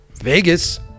Vegas